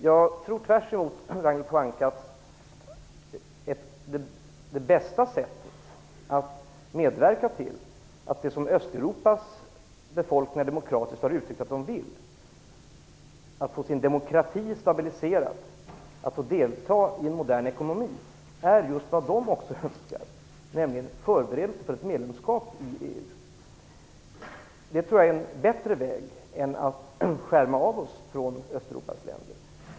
Jag tror i motsats till Ragnhild Pohanka att det bästa sättet att medverka till att det som Östeuropas befolkningar demokratiskt har uttryckt att de vill, nämligen få sin demokrati stabiliserad och få delta i en modern ekonomi, är vad också just de önskar, nämligen förberedelser för ett medlemskap i EU. Jag tror att det är en bättre väg än att vi skärmar av oss från Östeuropas länder.